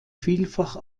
vielfach